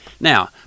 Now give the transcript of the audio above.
Now